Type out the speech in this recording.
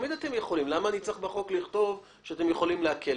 למה אני צריך לכתוב בחוק שאתם יכולים להקל?